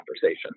conversation